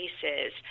cases